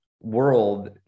world